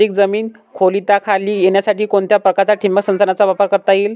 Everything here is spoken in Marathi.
अधिक जमीन ओलिताखाली येण्यासाठी कोणत्या प्रकारच्या ठिबक संचाचा वापर करता येईल?